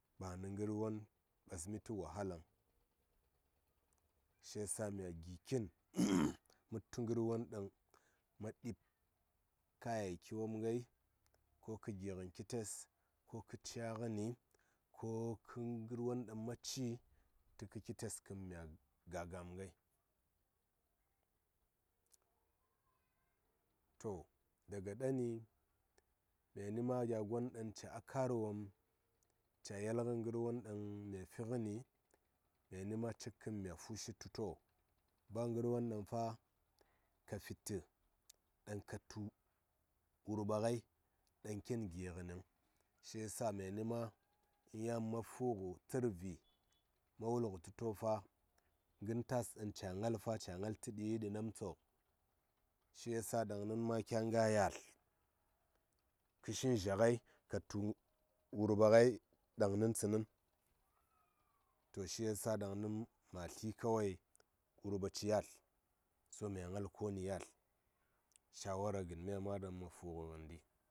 Ba nə ngər won mɓasmi tə wahalaŋ shi ya sa mya gi kin ma tu ngər won ɗaŋ ma ɗib kayayyaki wom ngai ko kə gi ngən kites ko kə ca ngəni ko kə ngar won ɗaŋ ma ci təkənkites in mya ga gam ngai todaga ɗani myanima gya gon ɗaŋ cya kar wom caa yel ngən ngar won ɗaŋ myafi ngə ni myani cikkən mya fushi tə to ba ngər won ɗaŋ fa kafi tə ɗaŋ ka tu wurɓa ngai ɗaŋ kin gi ngə niŋ shi ya sa myani ma yan ma fu ngə tsər vi ma wul ngə tu to fa ngən tas ɗaŋ caa ngal tə yiɗi namtso shi ya sa ɗaŋniŋ ma kya nga yalt kə shin zya ngai ka tu wurɓa ngai ɗaŋ nəŋ tsənəŋ to shi ya sa ma tli kawai wurɓa ci yalt so mya ngal koni yalt shawara gən mya ma ɗaŋ ma fu gə ngəndi.